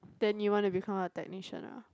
then you want to become a technician uh